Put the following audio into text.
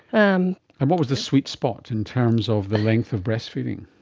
um and what was the sweet spot in terms of the length of breastfeeding?